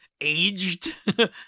aged